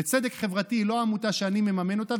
וצדק חברתי היא לא עמותה שאני מממן אותה,